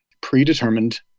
predetermined